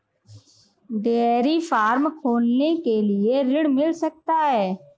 Dairy farm खोलने के लिए ऋण मिल सकता है?